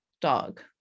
dog